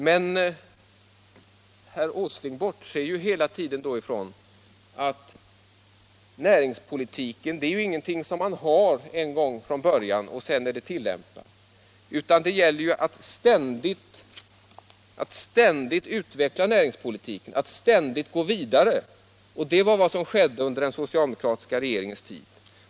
Men herr Åsling bortser hela tiden från att näringspolitik inte är någonting man har en gång från början och sedan tillämpar, utan det gäller att ständigt utveckla näringspolitiken, att ständigt gå vidare. Det var vad som skedde under den socialdemokratiska regeringens tid.